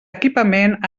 equipament